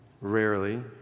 rarely